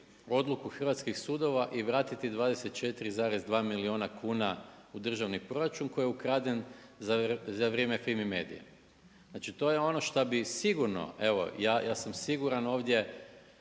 odluku hrvatskih sudova i vratiti 24,2 milijuna kuna u državni proračun koji je ukraden za vrijeme Fini medije? Znači to je ono što bi sigurno, evo ja sam siguran ovdje,